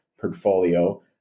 portfolio